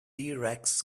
rex